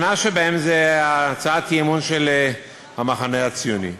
שבהן היא הצעת האי-אמון של המחנה הציוני.